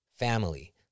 Family